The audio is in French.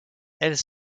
elles